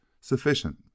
sufficient